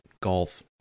golf